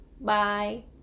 Bye